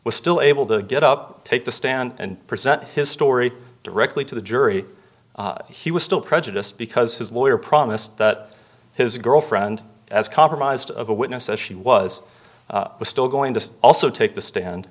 was still able to get up take the stand and present his story directly to the jury he was still prejudiced because his lawyer promised that his girlfriend as compromised of a witness as she was still going to also take the stand